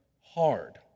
hard